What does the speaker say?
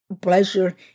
pleasure